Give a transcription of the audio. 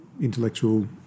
Intellectual